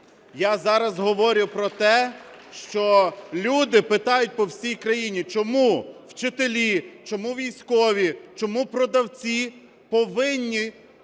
Я зараз говорю про те, що люди питають по всій країні: "Чому вчителі, чому військові, чому продавці повинні